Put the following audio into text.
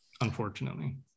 unfortunately